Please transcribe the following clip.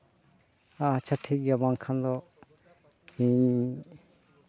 ᱟᱪᱪᱷᱟ ᱴᱷᱤᱠ ᱜᱮᱭᱟ ᱵᱟᱝ ᱠᱷᱟᱱ ᱫᱚ ᱤᱧ